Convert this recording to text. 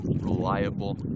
reliable